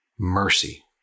Mercy